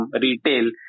Retail